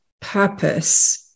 purpose